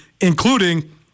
including